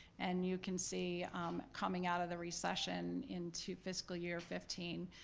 and you can see coming out of the recession into fiscal year fifteen,